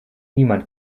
niemand